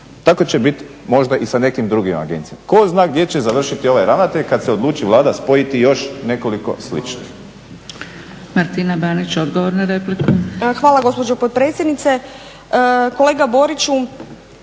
Tako će možda biti i sa nekim drugim agencijama. Tko zna gdje će završiti ovaj ravnatelj kad se odluči Vlada spojiti još nekoliko sličnih.